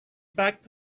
back